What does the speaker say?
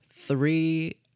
three